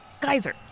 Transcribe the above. geyser